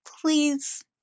Please